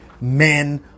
men